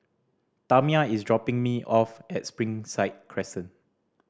Tamia is dropping me off at Springside Crescent